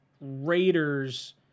Raiders